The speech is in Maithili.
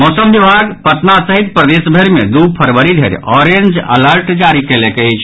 मौसम विभाग पटना सहित प्रदेशभरि मे दू फरवरी धरि ऑरेंज अलर्ट जारी कयलक अछि